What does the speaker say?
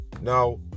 Now